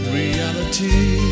reality